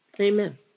Amen